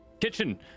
Kitchen